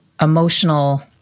emotional